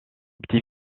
petit